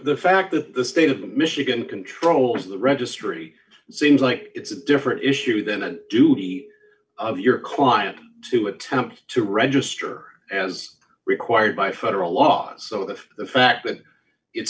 the fact that the state of michigan controls the registry seems like it's a different issue than a duty of your client to attempt to register as required by federal laws so if the fact that it's